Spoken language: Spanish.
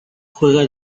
juega